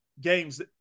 games